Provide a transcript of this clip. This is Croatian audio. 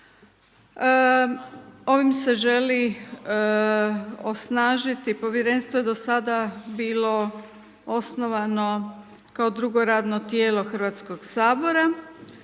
Ovim se želi osnažiti, Povjerenstvo je do sada bilo osnovno kao drugo radno tijelo HS-a gdje